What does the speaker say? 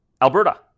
Alberta